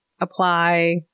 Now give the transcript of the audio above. apply